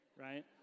right